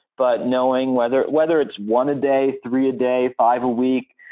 but knowing whether whether it's one a day, three a day, five a week,